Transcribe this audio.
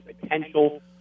potential